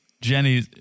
Jenny